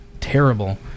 terrible